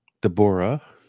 deborah